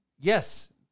yes